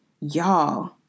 Y'all